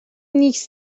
نیکز